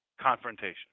Confrontation